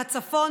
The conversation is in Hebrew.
מהצפון,